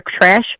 trash